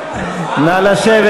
נא לשבת.